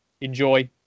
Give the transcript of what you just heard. enjoy